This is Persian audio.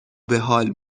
بحال